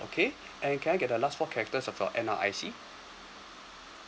okay and can I get the last four characters of your N_R_I_C